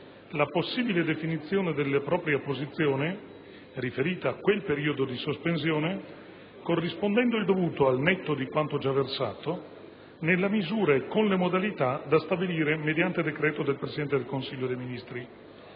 la possibile definizione delle proprie posizioni riferite a quel periodo di sospensione corrispondendo il dovuto, al netto di quanto già versato, nella misura e con le modalità da stabilire mediante decreto del Presidente del Consiglio dei ministri.